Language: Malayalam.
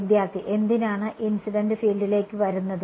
വിദ്യാർത്ഥി എന്തിനാണ് ഇൻസിഡന്റ് ഫീൽഡിലേക്ക് വരുന്നത്